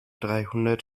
dreihundert